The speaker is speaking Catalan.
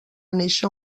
néixer